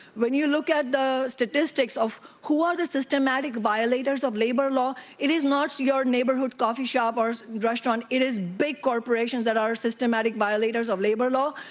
when you look at the statistics of, who are the systematic violators of labor law, it is not your neighborhood coffee shop ah or and restaurant, it is big corporations that are systematic violators of labor law.